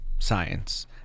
science